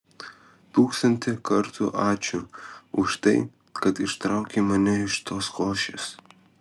tūkstantį kartų ačiū už tai kad ištraukei mane iš tos košės